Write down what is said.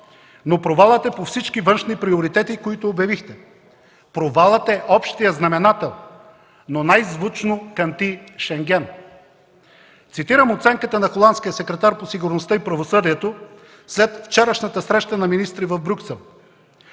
Провалът е по всички важни приоритети, които обявихте. Провалът е общият знаменател, но най-звучно кънти Шенген! Цитирам оценката на холандския секретар по сигурността и правосъдието след вчерашната среща на министри в Брюксел: